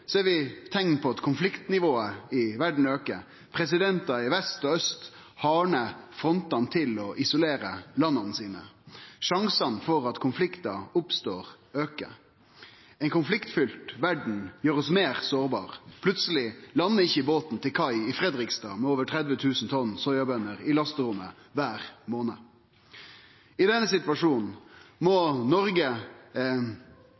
så mykje som 40 pst. av all dyrkbar jord globalt anten øydelagd eller vesentleg svekt. Samtidig ser vi teikn på at konfliktnivået i verda aukar. Presidentar i vest og aust hardnar til frontane og isolerer landa sine. Sjansane for at konfliktar oppstår, aukar. Ei konfliktfylt verd gjer oss meir sårbare. Plutseleg legg ikkje båten med over 30 000 tonn soyabønner i lasterommet til kai i Fredrikstad